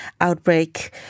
outbreak